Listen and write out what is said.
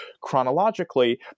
chronologically